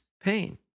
pain